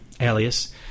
alias